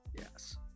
Yes